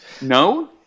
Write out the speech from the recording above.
No